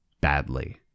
Badly